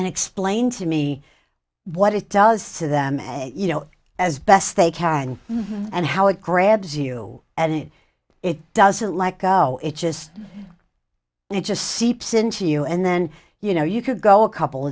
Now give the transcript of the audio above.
and explain to me what it does to them and you know as best they can and how it grabs you and it doesn't like oh it just it just seeps into you and then you know you could go a couple